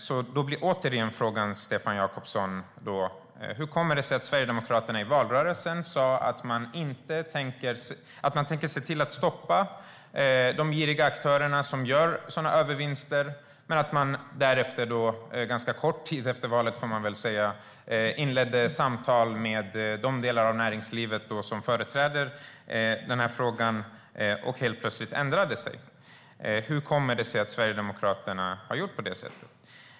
Frågan blir återigen, Stefan Jakobsson: Hur kommer det sig att Sverigedemokraterna i valrörelsen sa att man tänker se till att stoppa de giriga aktörerna som gör sådana övervinster, men därefter - ganska kort tid efter valet, får jag väl säga - inledde samtal med de delar av näringslivet som företräder den här frågan och helt plötsligt ändrade sig? Hur kommer det sig att Sverigedemokraterna gjorde på det sättet?